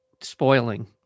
spoiling